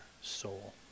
soul